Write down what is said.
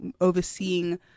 overseeing